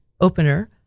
opener